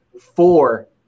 four